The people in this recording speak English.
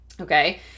Okay